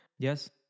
Yes